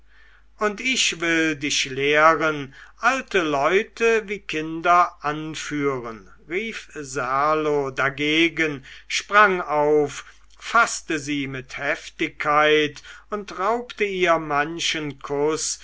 und ich will dich lehren alte leute wie kinder anführen rief serlo dagegen sprang auf faßte sie mit heftigkeit und raubte ihr manchen kuß